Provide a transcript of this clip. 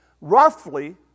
roughly